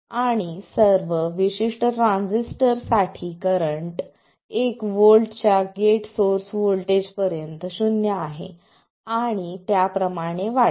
आणि सर्व विशिष्ट ट्रान्झिस्टरसाठी करंट 1 व्होल्टच्या गेट सोर्स व्होल्टेजपर्यंत शून्य आहे आणि त्याप्रमाणे वाढते